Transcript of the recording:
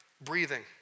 breathing